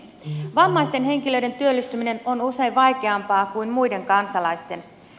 vammaisten henkilöiden työllistyminen on usein vaikeampaa kuin muiden kansalaisten